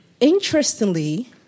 interestingly